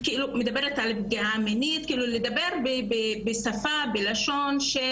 כשהיא מדברת על פגיעה מינית צריך לדבר בשפה מקצועית.